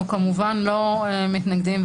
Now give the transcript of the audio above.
אנחנו כמובן לא מתנגדים,